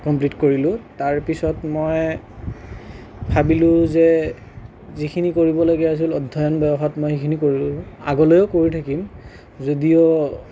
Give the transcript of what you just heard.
complete কৰিলোঁ তাৰ পিছত মই ভাবিলোঁ যে যিখিনি কৰিবলগীয়া আছিল অধ্যয়ন বয়সত মই সেইখিনি কৰি ল'লোঁ আগলৈও কৰি থাকিম যদিও